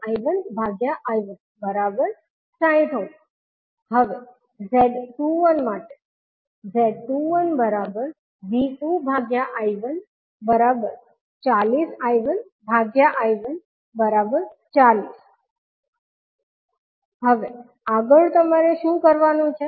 Z11V1I12040I1I160 Ω હવે 𝐳21 માટે Z21V2I140I1I140 Ω હવે આગળ તમારે શું કરવાનું છે